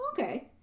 okay